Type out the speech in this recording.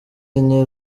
enye